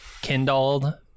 kindled